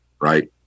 Right